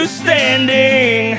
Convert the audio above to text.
standing